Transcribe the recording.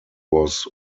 was